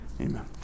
amen